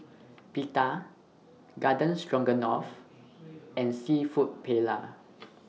Pita Garden Stroganoff and Seafood Paella